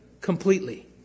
completely